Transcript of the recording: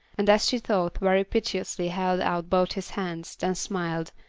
and as she thought very piteously held out both his hands, then smiled,